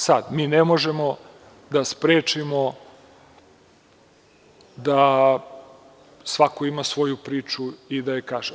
Sada, mi ne možemo da sprečimo da svako ima svoju priču i da je kaže.